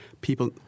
people